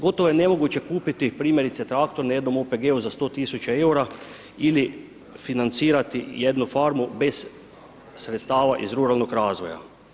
Gotovo je nemoguće kupiti, primjerice traktor na jednom OPG-u, za 100 tisuća eura ili financirati jednu farmu bez sredstava iz ruralnog razvoja.